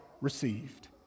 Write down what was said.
received